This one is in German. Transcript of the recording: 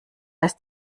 ist